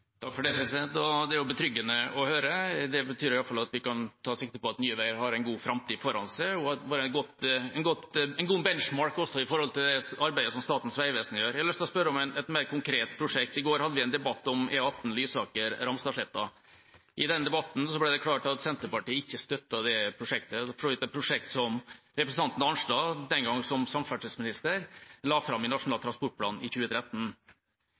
Det er betryggende å høre. Det betyr at vi kan ta sikte på at Nye Veier har en god framtid foran seg og kan være en god benchmark for det arbeidet som Statens vegvesen gjør. Jeg har lyst til å spørre om et mer konkret prosjekt. I går hadde vi en debatt om E18 Lysaker–Ramstadsletta. I den debatten ble det klart at Senterpartiet ikke støttet det prosjektet, for så vidt et prosjekt som representanten Arnstad, den gang som samferdselsminister, la fram i Nasjonal transportplan i 2013.